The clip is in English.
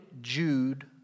Jude